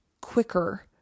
quicker